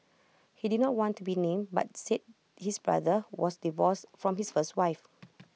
he did not want to be named but said his brother was divorced from his first wife